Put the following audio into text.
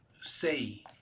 say